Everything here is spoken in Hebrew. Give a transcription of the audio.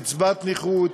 קצבת נכות,